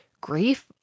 grief